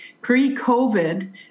pre-COVID